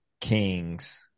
Kings